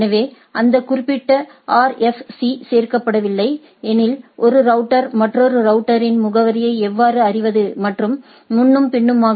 எனவே அந்த குறிப்பிட்ட ஆா்ஃப்சி சேர்க்கப்படவில்லை எனில் ஒரு ரவுட்டர் மற்றொரு வுட்டரின் முகவரியை எவ்வாறு அறிவது மற்றும் முன்னும் பின்னுமாக